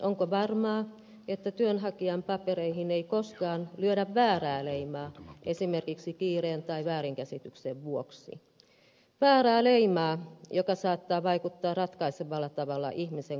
onko varmaa että työnhakijan papereihin ei koskaan lyödä väärää leimaa esimerkiksi kiireen tai väärinkäsityksen vuoksi väärää leimaa joka saattaa vaikuttaa ratkaisevalla tavalla ihmisen koko tulevaisuuteen